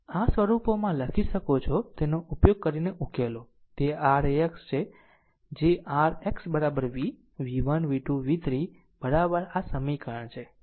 આ સ્વરૂપોમાં લખી શકો છો તેનો ઉપયોગ કરીને ઉકેલો તે r ax જે r x v v1 v2 v3 આ સમીકરણ છે